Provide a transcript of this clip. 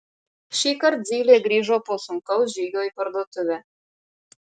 šįkart zylė grįžo po sunkaus žygio į parduotuvę